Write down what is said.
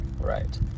Right